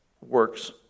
works